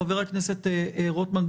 חבר הכנסת רוטמן,